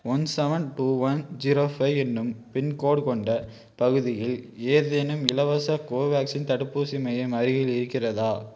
one seven two one zero five என்னும் pincode கொண்ட பகுதியில் ஏதேனும் இலவச கோவக்சின் தடுப்பூசி மையம் அருகில் இருக்கிறதா